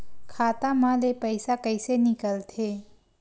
खाता मा ले पईसा कइसे निकल थे?